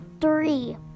three